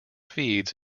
feeds